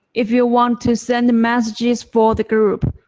if you want to send messages for the group,